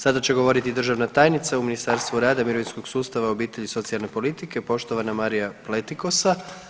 Sada će govoriti državna tajnica u Ministarstvu rada, mirovinskog sustava, obitelji i socijalne politike poštovana Marija Pletikosa.